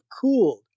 cooled